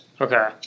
Okay